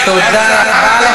חוקי הגדה,